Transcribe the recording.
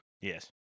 Yes